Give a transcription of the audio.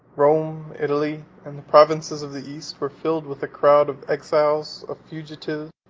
rome, italy, and the provinces of the east, were filled with a crowd of exiles, of fugitives,